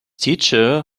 teachers